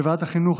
בוועדת החינוך,